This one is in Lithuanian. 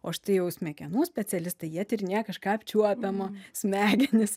o štai jau smegenų specialistai jie tyrinėja kažką apčiuopiamo smegenis